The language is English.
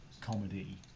comedy